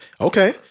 okay